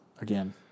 again